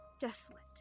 Desolate